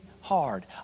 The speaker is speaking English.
hard